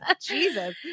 Jesus